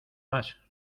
más